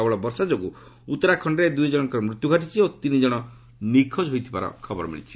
ପ୍ରବଳ ବର୍ଷା ଯୋଗୁଁ ଉତ୍ତରା ଖଣ୍ଡରେ ଦୁଇ ଜଶଙ୍କର ମୃତ୍ୟୁ ଓ ତିନି ଜଣ ନିଖୋଜି ହୋଇଥିବା ଖବର ମିଳିଛି